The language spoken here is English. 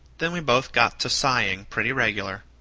then we both got to sighing pretty regular.